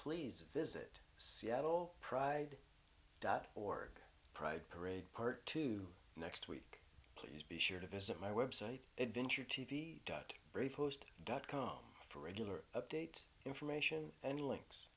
please visit seattle pride feed dot org pride parade part two next week please be sure to visit my website adventure t v very post dot com for regular updates information any links